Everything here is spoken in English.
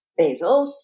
basils